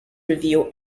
review